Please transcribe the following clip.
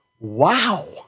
Wow